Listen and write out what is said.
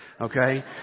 Okay